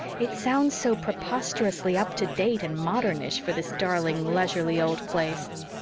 it sounds so preposterously up-to-date and modernish for this darling, leisurely old place.